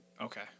Okay